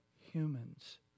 humans